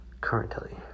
currently